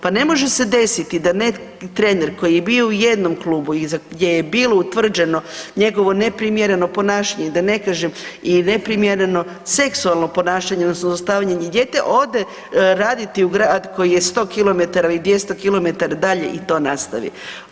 Pa ne može se desiti da trener koji je bio u jednom klubu i gdje je bilo utvrđeno njegovo neprimjereno ponašanje da ne kažem i neprimjereno seksualno ponašanje odnosno zlostavljanje djeteta ode raditi u grad koji je 100 km ili 200 km dalje i to nastavi.